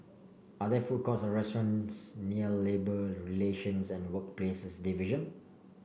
are there food courts or restaurants near Labour Relations and Workplaces Division